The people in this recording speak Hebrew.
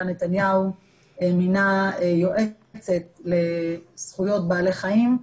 נתניהו מינה יועצת לזכויות בעלי חיים,